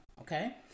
Okay